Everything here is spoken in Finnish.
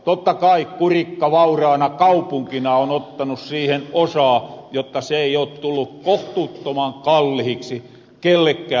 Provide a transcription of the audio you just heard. totta kai kurikka vauraana kaupunkina on ottanu siihen osaa jotta se ei oo tullu kohtuuttoman kallihiksi kellekään osapuolelle